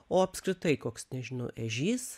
o apskritai koks nežinau ežys